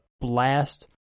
blast